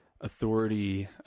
Authority